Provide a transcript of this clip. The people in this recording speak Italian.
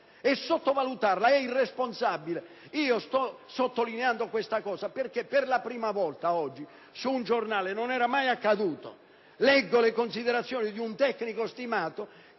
e sottovalutarla è da irresponsabili. Sto sottolineando questo aspetto perché per la prima volta oggi su un giornale -non mi era finora mai accaduto - leggo le considerazioni di un tecnico stimato